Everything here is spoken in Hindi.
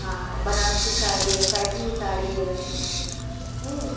हाँ बनारसी साड़ी है पैथिनी साड़ी है हूं